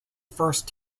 first